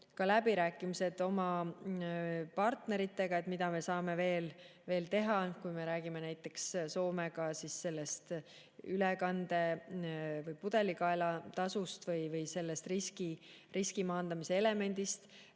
läbirääkimised oma partneritega, mida me saame veel teha. Kui me räägime näiteks Soomega, siis see ülekande‑ või pudelikaelatasu või riski maandamise element